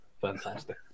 fantastic